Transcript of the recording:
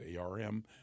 ARM